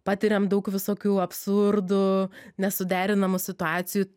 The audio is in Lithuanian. patiriam daug visokių absurdų nesuderinamų situacijų